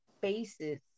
basis